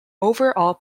overall